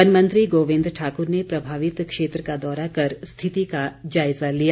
one मंत्री गोविंद ठाक्र ने प्रभावित क्षेत्र का दौरा कर स्थिति का जायज़ा लिया